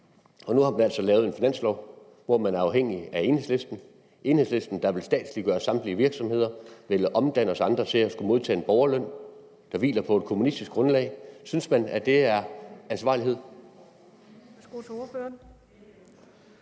Nu har man altså lavet en finanslov, hvor man er afhængig af Enhedslisten – Enhedslisten, der vil statsliggøre samtlige virksomheder og vil omdanne os andre til at skulle modtage en borgerløn, der hviler på et kommunistisk grundlag. Synes man, at det er ansvarlighed?